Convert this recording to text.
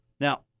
Now